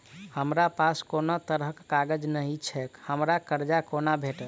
हमरा पास कोनो तरहक कागज नहि छैक हमरा कर्जा कोना भेटत?